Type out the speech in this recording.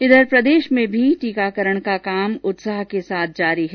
इधर प्रदेश में भी टीकाकरण का काम उत्साह के साथ जारी है